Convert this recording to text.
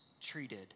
treated